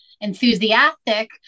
enthusiastic